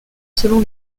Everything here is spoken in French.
selon